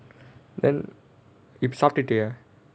then if சாப்டுடியா:saaputtiyaa